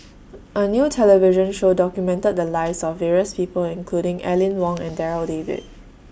A New television Show documented The Lives of various People including Aline Wong and Darryl David